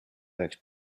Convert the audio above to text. üheks